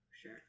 sure